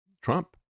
Trump